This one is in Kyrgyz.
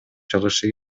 чыгышы